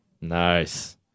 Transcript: Nice